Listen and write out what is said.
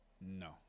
No